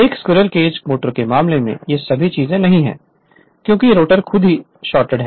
एक squirrel cage की motor के मामले में ये सभी चीजें नहीं हैं क्योंकि रोटर खुद ही शॉर्टेड है